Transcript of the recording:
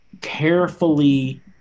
carefully